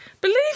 believe